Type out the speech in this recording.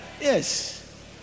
Yes